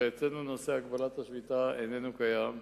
הרי אצלנו נושא הגבלת השביתה איננו קיים,